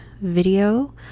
video